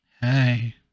hey